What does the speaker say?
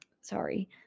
sorry